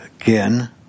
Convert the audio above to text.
Again